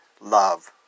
love